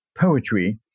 Poetry